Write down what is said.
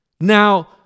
Now